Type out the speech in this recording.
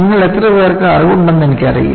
നിങ്ങളിൽ എത്രപേർക്ക് അറിവുണ്ടെന്ന് എനിക്കറിയില്ല